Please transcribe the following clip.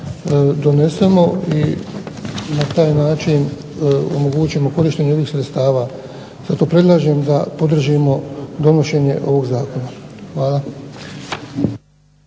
donesemo i na taj način omogućimo korištenje ovih sredstava. Zato predlažem da podržimo donošenje ovog zakona. Hvala.